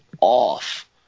off